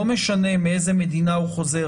לא משנה מאיזה מדינה הוא חוזר,